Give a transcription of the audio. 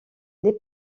les